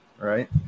Right